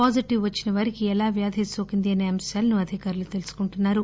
positive వచ్చిన వారికి ఎలా వ్యాధి నోకింది అసే అంశాలను అధికారులు తెలుసుకుంటున్నారు